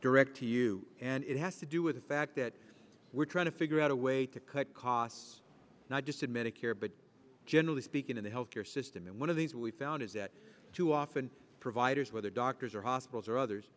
direct to you and it has to do with the fact that we're trying to figure out a way to cut costs not just in medicare but generally speaking in the health care system and one of these we found is that too often providers whether doctors or hospitals or others